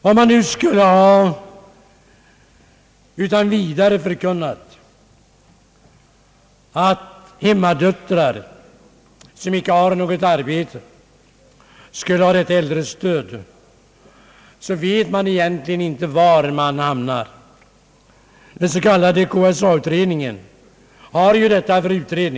Om man skulle utan vidare förkunna att hemmadöttrar som icke har något arbete skall få bidrag ur äldrestödet, så vet man egentligen inte var man hamnar. Den s.k. KSA-utredningen har ju detta att behandla.